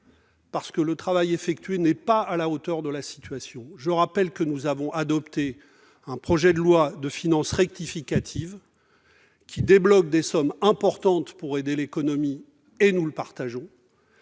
parce que le travail effectué n'est pas à la hauteur de la situation. Souvenez-vous que nous avons adopté un projet de loi de finances rectificative, qui débloque des sommes importantes pour aider l'économie- objectif que nous partageons